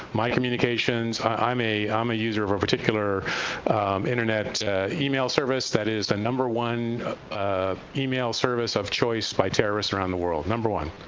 my communications, i'm a um a user of a particular internet email service that is the number one email service of choice by terrorists around the world, number one.